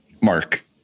Mark